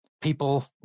people